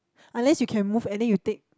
unless you can move and then you take